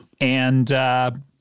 And-